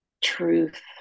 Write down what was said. truth